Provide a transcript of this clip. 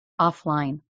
offline